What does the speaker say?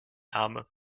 arme